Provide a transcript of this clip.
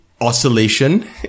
oscillation